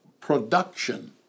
production